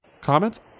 comments